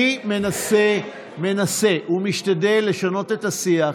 אני מנסה ומשתדל לשנות את השיח.